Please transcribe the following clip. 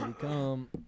come